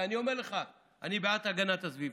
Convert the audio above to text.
ואני אומר לך, אני בעד הגנת הסביבה.